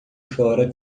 fora